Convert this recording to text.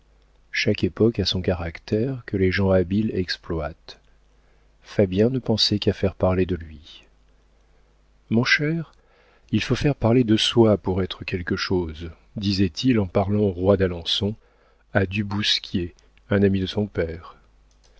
chaque époque a son caractère que les gens habiles exploitent fabien ne pensait qu'à faire parler de lui mon cher il faut faire parler de soi pour être quelque chose disait-il en partant au roi d'alençon à du bousquier un ami de son père